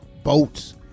Boats